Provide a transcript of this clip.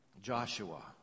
Joshua